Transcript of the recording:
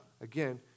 again